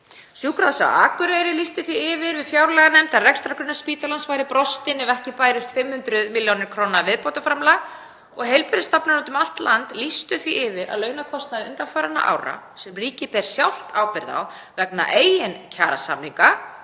Sjúkrahúsið á Akureyri lýsti því yfir við fjárlaganefnd að rekstrargrunnur spítalans væri brostinn ef ekki bærist 500 millj. kr. viðbótarframlag og heilbrigðisstofnanir úti um allt land lýstu því yfir að launakostnaði undanfarinna ára, sem ríkið ber sjálft ábyrgð á vegna eigin kjarasamninga,